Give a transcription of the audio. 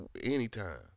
anytime